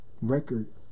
record